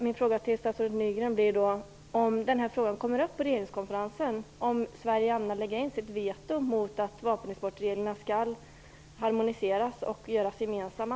Min fråga till statsrådet Nygren är: Om den här frågan kommer upp på regeringskonferensen - ämnar då Sverige lägga in sitt veto mot att vapenexportreglerna skall harmoniseras och göras gemensamma?